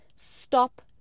stop